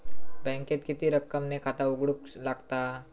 बँकेत किती रक्कम ने खाता उघडूक लागता?